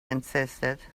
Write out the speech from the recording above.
insisted